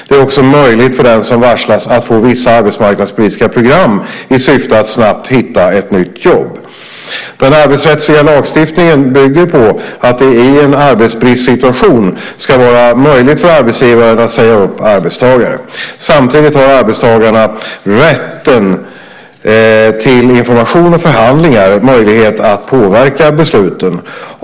Det är också möjligt för den som varslats att få vissa arbetsmarknadspolitiska program i syfte att snabbt hitta ett nytt jobb. Den arbetsrättsliga lagstiftningen bygger på att det i en arbetsbristsituation ska vara möjligt för arbetsgivaren att säga upp arbetstagare. Samtidigt har arbetstagarna genom rätten till information och förhandlingar möjlighet att påverka besluten.